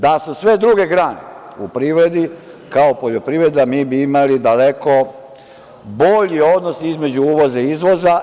Da su sve druge grane u privredi kao poljoprivreda, mi bi imali daleko bolji odnos između uvoza i izvoza.